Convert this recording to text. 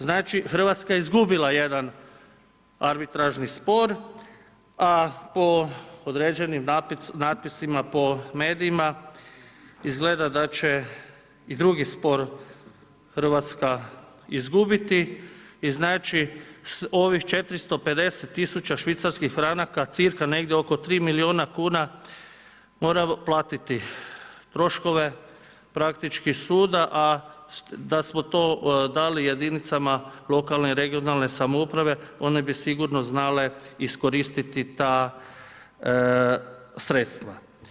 Znači Hrvatska je izgubila jedan arbitražni spor a po određenim natpisima, po medijima, izgleda da će i drugi spor Hrvatska izgubiti i znači ovih 450 000 švicarskih franaka, cca negdje oko 3 milijuna kuna moramo platiti troškove praktički suda a da smo to dali jedinicama lokalne i regionalne samouprave, one bi sigurno iskoristiti ta sredstva.